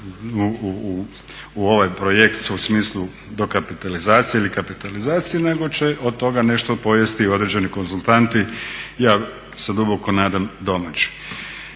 u ovaj projekt u smislu dokapitalizacije ili kapitalizacije nego će od toga nešto pojesti i određeni konzultanti, ja se duboko nadam domaći.